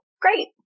great